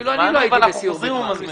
אפילו אני לא הייתי בסיור כזה.